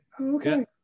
okay